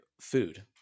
food